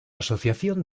asociación